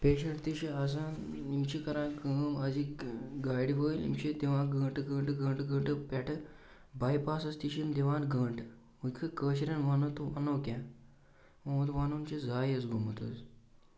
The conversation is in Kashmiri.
پیشَنٛٹ تہِ چھِ آسان یِم چھِ کَران کٲم أزِکۍ گاڑِ وٲلۍ یِم چھِ دِوان گنٹہٕ گنٛٹہٕ گنٛٹہٕ گنٛٹہٕ پٮ۪ٹھٕ بایے پاسَس تہِ چھِ یِم دِوان گنٛٹہٕ وۄنکو کٲشرٮ۪ن وَنو تہٕ وَنو کیٛاہ یِہُنٛد وَنُن چھُ ضایہِ حظ گوٚمُت حظ